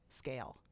scale